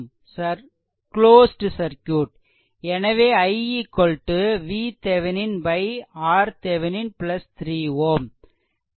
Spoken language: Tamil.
எனவே i VThevenin RThevenin 3 Ω ரெசிஸ்ட்டன்ஸ்